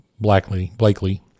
Blakely